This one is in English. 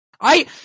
I-